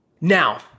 Now